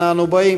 אנה אנו באים.